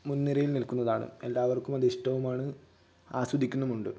മുൻ നിരയിൽ നിൽക്കുന്നതാണ് എല്ലാവർക്കും അതിഷ്ട്ടവുമാണ് ആസ്വദിക്കുന്നുമുണ്ട്